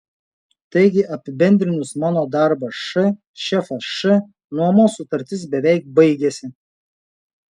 taigi apibendrinus mano darbas š šefas š nuomos sutartis beveik baigiasi